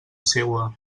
seua